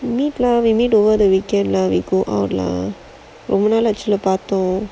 no need lah maybe over the weekend we go out lah ரொம்ப நாள் ஆச்சுல்லா பாத்து:romba naal aachulla paathu